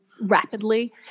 Rapidly